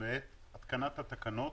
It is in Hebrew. בעת התקנת התקנות